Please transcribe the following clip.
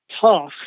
tough